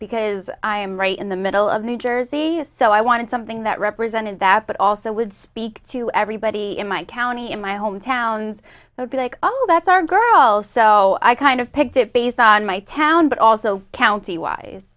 because i am right in the middle of new jersey is so i wanted something that represented that but also would speak to everybody in my county in my home towns would be like oh that's our girl all so i kind of picked it based on my town but also county wise